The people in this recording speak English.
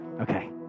Okay